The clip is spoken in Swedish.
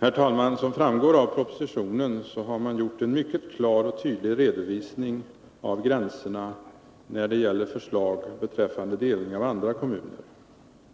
Herr talman! Som framgår av propositionen har man gjort en mycket klar och tydlig redovisning av gränserna i förslag till delning av andra kommuner.